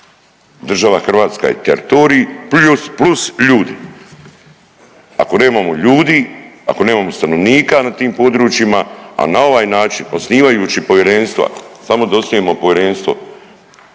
Država Hrvatska je teritorij plus ljudi. Ako nemamo ljudi, ako nemamo stanovnika na tim područjima, a na ovaj način osnivajući povjerenstva samo da osnujemo povjerenstvo,